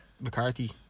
McCarthy